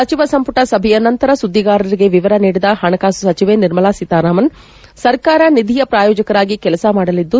ಸಚಿವ ಸಂಪುಟ ಸಭೆಯ ನಂತರ ಸುದ್ಲಿಗಾರರಿಗೆ ವಿವರ ನೀಡಿದ ಹಣಕಾಸು ಸಚಿವೆ ನಿರ್ಮಲಾ ಸೀತಾರಾಮನ್ ಸರ್ಕಾರ ನಿಧಿಯ ಪ್ರಾಯೋಜಕರಾಗಿ ಕೆಲಸ ಮಾಡಲಿದ್ದು